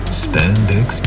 spandex